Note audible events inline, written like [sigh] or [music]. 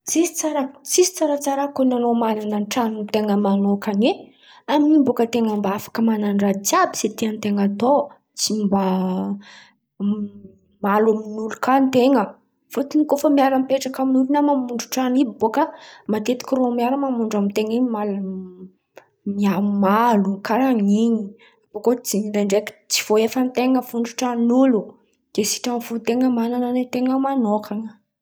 Tsisy tsara tsy tsaratsara koa ny an̈ao man̈ana tran̈o ten̈a man̈ôkana. Amin’in̈y bôka an-ten̈a mba afaka man̈ana raha jiàby zay tian-ten̈a atao. Tsy mba [hesitation] mimalo amin’olo kà an-ten̈a. Fotony koa fa miara-mipetraka amin’olo na mamôndro io bôka, matetiky [hesitation] irô miara-mamôndro amin-ten̈a mimalo mimalo karà in̈y. Abakiô tsy zen̈y tsindraindraiky tsy voahefan-ten̈a fôndro-tran̈on’olo. Kay sitrany fo, an-ten̈a man̈ana ny ten̈a man̈ana ny ten̈a manôkana.